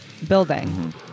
building